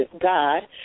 God